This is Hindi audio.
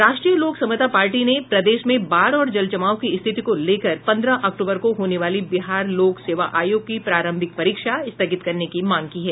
राष्ट्रीय लोक समता पार्टी ने प्रदेश में बाढ़ और जल जमाव की स्थिति को लेकर पंद्रह अक्टूबर को होने वाली बिहार लोक सेवा आयोग की प्रारंभिक परीक्षा स्थगित करने की मांग की है